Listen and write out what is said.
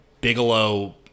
Bigelow